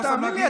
תאמין לי,